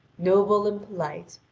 noble and polite,